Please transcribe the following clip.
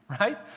right